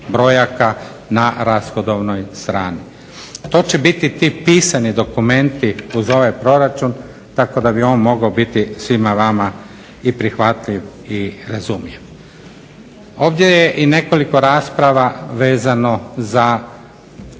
na rashodovnoj strani. To će biti ti pisani dokumenti uz ovaj proračun, tako da bi on mogao biti svima vama i prihvatljiv i razumljiv. Ovdje je i nekoliko rasprava vezano za